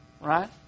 Right